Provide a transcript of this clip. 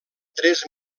tres